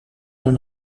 een